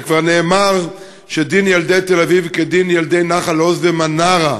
וכבר נאמר שדין ילדי תל-אביב כדין ילדי נחל-עוז ומנרה.